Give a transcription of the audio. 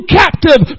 captive